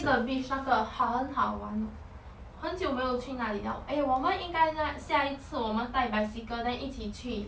changi 的 beach 那个很好玩哦我很久没有去那里了 eh 我们应该那去下一次我们带 bicycle then 一起去